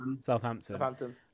Southampton